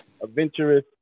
adventurous